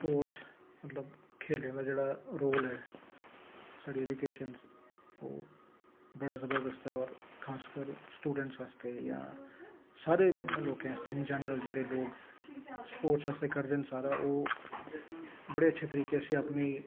sports मतलब खेलें दा जेह्ड़ा रोल ऐ साढ़ी ऐजूकेशन च ओह् बड़ा ज़बरदस्त ऐ होर खासकर स्टूडेंट आस्तै जां सारें लोकें आस्तै इन जनरल जेह्ड़े लोक स्पोर्टस आस्तै करदे न सारा ओह् बड़े अच्छे तरीके से अपनी